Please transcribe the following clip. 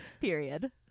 Period